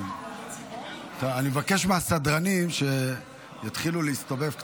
אני מבקש מהסדרנים שיתחילו להסתובב קצת.